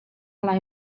lai